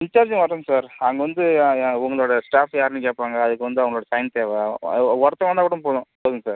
இன்சார்ஜும் வரணும் சார் அங்கே வந்து உங்களோடய ஸ்டாஃப் யாருன்னு கேட்பாங்க அதுக்கு வந்து அவங்களோட சைன் தேவை ஒருத்தங்க வந்தால் கூட போதும் போதும் சார்